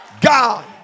God